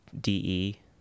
D-E